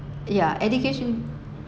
ya education